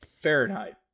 Fahrenheit